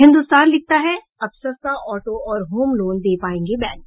हिन्दुस्तान लिखता है अब सस्ता ऑटो और होम लोन दे पायेंगे बैंक